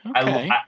Okay